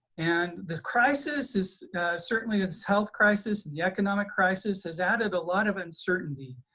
and the crisis is certainly a health crisis and the economic crisis has added a lot of uncertainty.